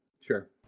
Sure